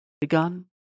begun